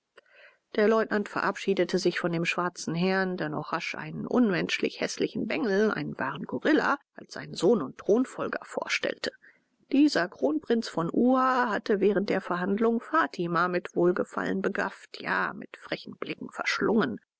der leutnant verabschiedete sich von dem schwarzen herrn der noch rasch einen unmenschlich häßlichen bengel einen wahren gorilla als seinen sohn und thronfolger vorstellte dieser kronprinz von uha hatte während der verhandlung fatima mit wohlgefallen begafft ja mit frechen blicken verschlungen